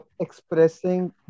expressing